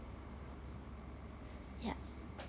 ya